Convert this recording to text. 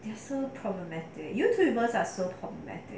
they are so problematic youtube peoples are so problematic